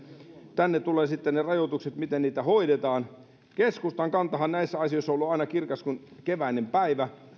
tänne tulevat sitten ne rajoitukset miten niitä hoidetaan keskustan kantahan näissä asioissa on ollut aina kirkas kuin keväinen päivä